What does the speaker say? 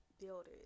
builders